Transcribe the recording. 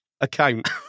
account